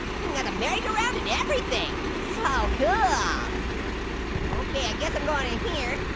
you know you have a merry-go-round and everything. so cool. ah ok. i guess i'm going in here.